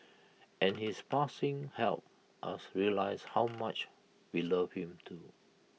and his passing helped us realise how much we loved him too